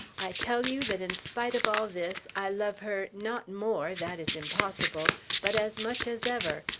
i tell you that, in spite of all this, i love her not more that is impossible but as much as ever!